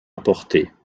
apportées